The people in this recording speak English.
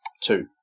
two